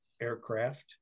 aircraft